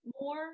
More